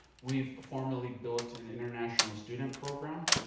we've formally built an international student program,